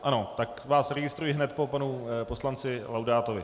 Ano, tak vás registruji hned po panu poslanci Laudátovi.